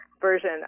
version